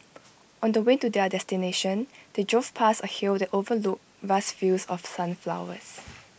on the way to their destination they drove past A hill that overlooked vast fields of sunflowers